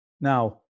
now